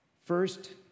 first